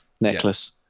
necklace